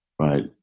Right